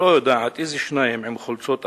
לא יודעת, איזה שניים עם חולצות אפורות,